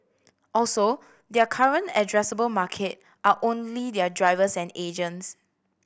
also their current addressable market are only their drivers and agents